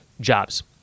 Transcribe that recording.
jobs